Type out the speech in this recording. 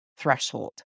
threshold